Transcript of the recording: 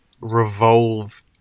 revolve